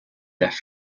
death